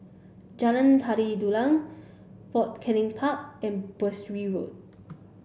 Jalan Tari Dulang Fort Canning Park and Berkshire Road